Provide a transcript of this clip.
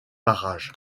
parages